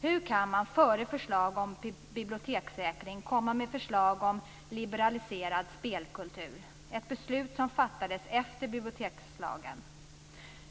Hur kan man före ett förslag om bibliotekssäkring komma med ett förslag om liberaliserad spelkultur, ett beslut som fattades efter bibliotekslagen?